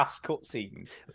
cutscenes